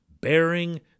bearing